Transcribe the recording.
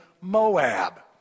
Moab